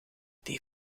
die